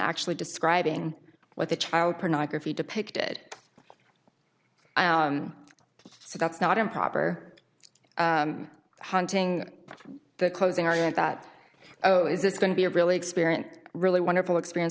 actually describing what the child pornography depicted so that's not improper hunting the closing argument that oh is this going to be a really experience really wonderful experience